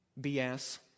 BS